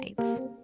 nights